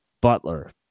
Butler